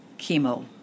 chemo